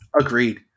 Agreed